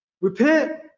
repent